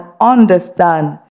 understand